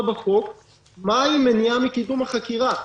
בחוק זה מהי מניעה מקידום החקירה.